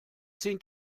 zehn